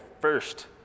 first